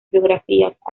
biografías